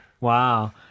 Wow